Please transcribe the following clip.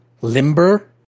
limber